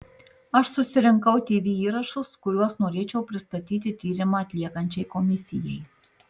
aš susirinkau tv įrašus kuriuos norėčiau pristatyti tyrimą atliekančiai komisijai